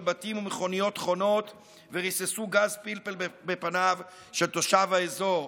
בתים ומכוניות חונות וריססו גז פלפל בפניו של תושב האזור,